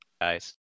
guys